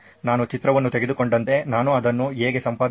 ನಾನು ಚಿತ್ರವನ್ನು ತೆಗೆದುಕೊಂಡಂತೆ ನಾನು ಅದನ್ನು ಹೇಗೆ ಸಂಪಾದಿಸಬಹುದು